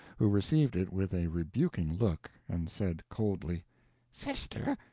who received it with a rebuking look, and said, coldly sister,